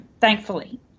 thankfully